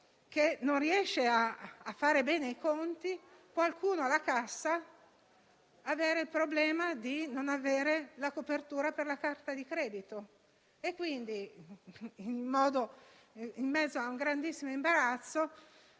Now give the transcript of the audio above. che non riesce a fare bene i conti e che alla cassa ha il problema di non avere copertura sulla carta di credito; quindi, in mezzo a un grandissimo imbarazzo,